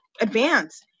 advance